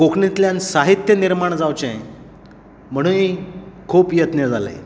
कोंकणीतल्यान साहित्य निर्माण जांवचे म्हणुनय खूब यत्न जाले